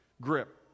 grip